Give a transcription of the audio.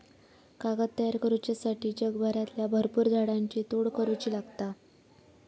कागद तयार करुच्यासाठी जगभरातल्या भरपुर झाडांची तोड करुची लागता